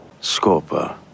Scorpa